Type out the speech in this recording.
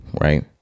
right